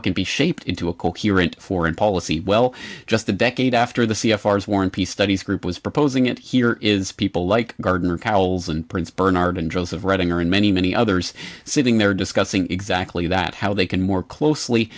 it can be shaped into a coherent foreign policy well just a decade after the c f r as war and peace studies group was proposing it here is people like gardner cowles and prince bernard and jewels of writing or in many many others sitting there discussing exactly that how they can more closely